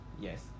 Yes